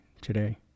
today